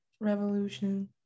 revolution